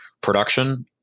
production